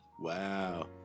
Wow